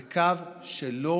זה קו שלא